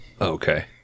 Okay